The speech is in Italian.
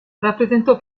rappresentò